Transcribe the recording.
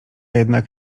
jednak